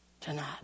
tonight